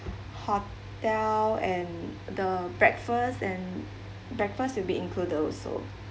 hotel and the breakfast and breakfast will be included also